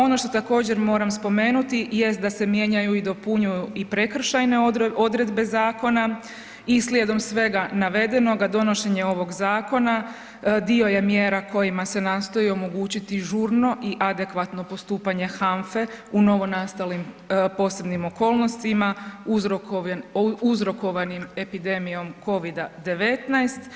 Ono što također moram spomenuti jest da se mijenjaju i dopunjuju i prekršajne odredbe zakona i slijedom svega navedenoga donošenje ovog zakona dio je mjera kojima se nastoji omogućiti žurno i adekvatno postupanje HANFE u novonastalim posebnim okolnostima uzrokovanim epidemijom Covida-19.